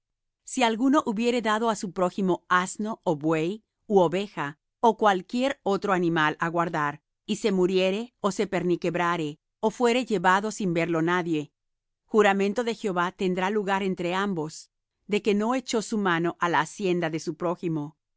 si alguno hubiere dado á su prójimo asno ó buey ú oveja ó cualquier otro animal á guardar y se muriere ó se perniquebrare ó fuere llevado sin verlo nadie juramento de jehová tendrá lugar entre ambos de que no echó su mano á la hacienda de su prójimo